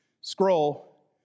scroll